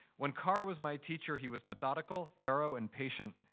when carr was my teacher, he was methodical, thorough, and patient.